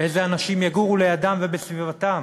איזה אנשים יגורו לידם ובסביבתם.